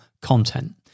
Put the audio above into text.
content